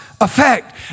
effect